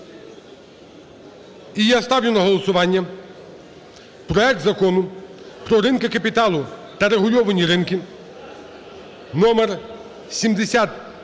І я ставлю на голосування проект Закону про ринки капіталу та регульовані ринки (№ 7055)